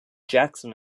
jackson